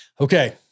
Okay